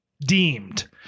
Deemed